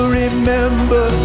remember